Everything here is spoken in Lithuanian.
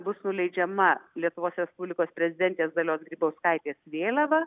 bus nuleidžiama lietuvos respublikos prezidentės dalios grybauskaitės vėliava